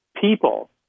people